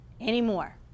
anymore